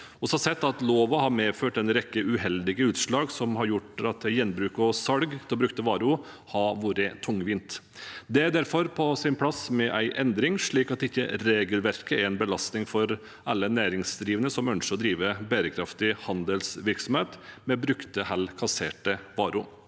loven har medført en rekke uheldige utslag som har gjort gjenbruk og salg av brukte varer tungvint. Det er derfor på sin plass med en endring, slik at ikke regelverket er en belastning for alle næringsdrivende som ønsker å drive bærekraftig handelsvirksomhet med brukte eller kasserte varer.